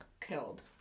killed